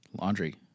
laundry